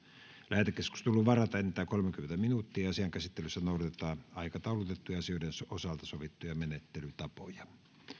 lähetekeskusteluun varataan enintään kolmekymmentä minuuttia asian käsittelyssä noudatetaan aikataulutettujen asioiden osalta sovittuja menettelytapoja